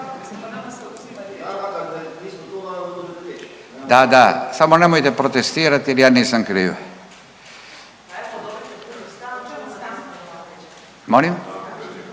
Da, da. Samo nemojte protestirati jer ja nisam kriv.